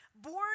Born